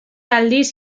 aldiz